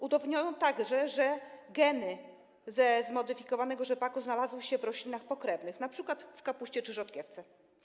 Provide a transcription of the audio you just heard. Udowodniono także, że geny ze zmodyfikowanego rzepaku znalazły się w roślinach pokrewnych, np. w kapuście czy rzodkiewce.